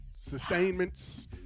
sustainments